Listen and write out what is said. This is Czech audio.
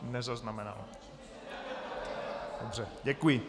Nezaznamenal, dobře, děkuji.